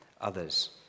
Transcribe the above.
others